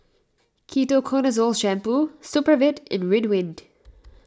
Ketoconazole Shampoo Supravit and Ridwind